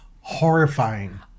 horrifying